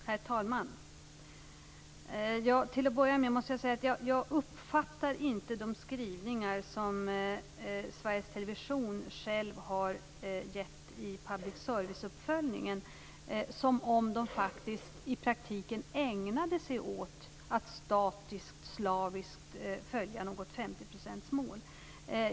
Herr talman! Till att börja med uppfattar jag inte de skrivningar som Sveriges Television självt har gjort i public service-uppföljningen som att företaget i praktiken ägnar sig åt att statiskt och slaviskt följa något 50-procentsmål.